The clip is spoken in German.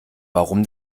warum